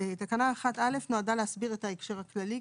תקנה 1א נועדה להסביר את ההקשר הכללי,